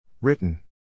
Written